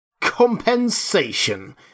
Compensation